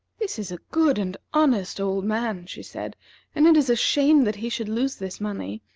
this is a good and honest old man, she said and it is a shame that he should lose this money.